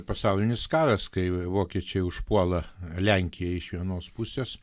pasaulinis karas kai vokiečiai užpuola lenkiją iš vienos pusės